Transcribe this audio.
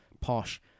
posh